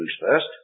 first